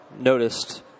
noticed